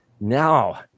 Now